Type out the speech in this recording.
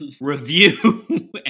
review